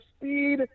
speed